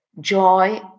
joy